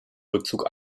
rückzug